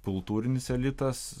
kultūrinis elitas